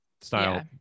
style